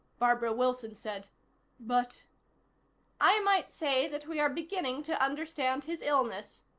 barbara wilson said but i might say that we are beginning to understand his illness,